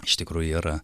iš tikrųjų yra